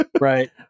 right